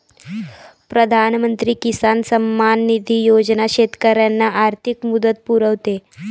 प्रधानमंत्री किसान सन्मान निधी योजना शेतकऱ्यांना आर्थिक मदत पुरवते